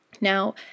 Now